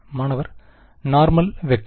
மாணவர் normal vector